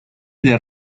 del